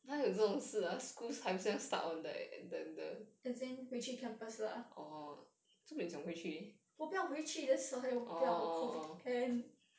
as in 会去 campus lah 我不要回去 that's why 我不要 COVID end